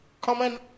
common